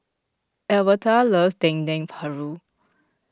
Albertha loves Dendeng Paru